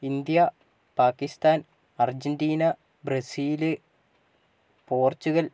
India Pakistan Argentina Brazil Portugal